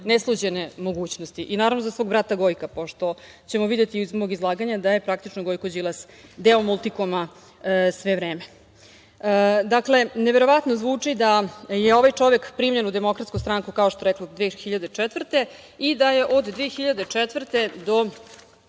nesluđene mogućnosti, i naravno za svog brata Gojka, pošto ćemo videti iz mog izlaganja da je praktično Gojko Đilas deo Multikoma sve vreme. Dakle, neverovatno zvuči da je ovaj čovek primljen u DS, kao što rekoh, 2004. godine i da je od 2004.